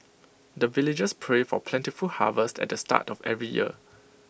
the villagers pray for plentiful harvest at the start of every year